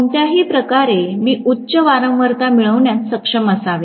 कोणत्याही प्रकारे मी उच्च वारंवारता मिळविण्यात सक्षम असावे